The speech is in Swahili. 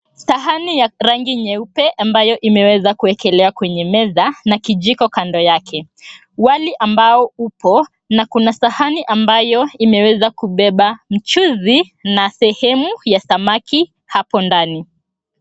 Sahani ya rangi nyeupe ambayo imeweza kuwekelewa kwenye meza na kijiko kando yake. Wali ambao upo, na kuna sahani ambayo imeweza kubeba mchuzi na sehemu ya samaki hapo ndani.